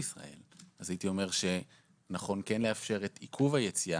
הייתי אומר שנכון כן לאפשר את עיכוב היציאה